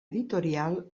editorial